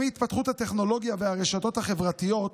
עם התפתחות הטכנולוגיה והרשתות החברתיות,